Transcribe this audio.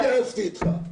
לא התייעצתי איתך.